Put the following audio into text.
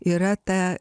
yra ta